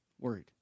worried